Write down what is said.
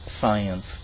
science